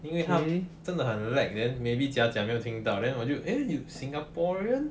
因为他真的很 lag then maybe 假假没有听到 then 我就 you singaporean